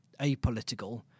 apolitical